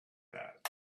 that